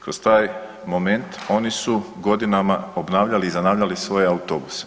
Kroz taj moment oni su godinama obnavljali i zanavljali svoje autobuse.